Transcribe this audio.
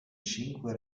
cinque